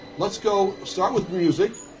let's go, start with music.